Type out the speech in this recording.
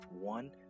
one